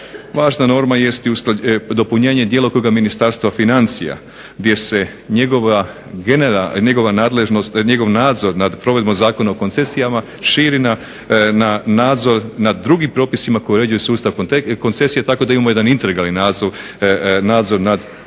Važna norma jest i dopunjenje djelokruga Ministarstva financija gdje se njegov nadzor nad provedbom Zakona o koncesijama širi na nadzor nad drugim propisima koji uređuju sustav koncesije tako da imamo jedan integralni nadzor nad ovim